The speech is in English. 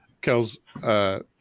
Kel's